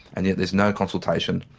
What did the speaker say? and yet there's no consultation.